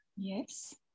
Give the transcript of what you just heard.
yes